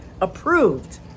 approved